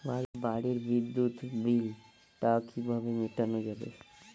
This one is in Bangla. বাড়ির বিদ্যুৎ বিল টা কিভাবে মেটানো যাবে?